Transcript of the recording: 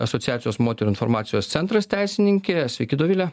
asociacijos moterų informacijos centras teisininkė sveiki dovile